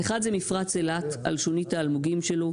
אחד זה מפרץ אילת, על שונית האלמוגים שלו.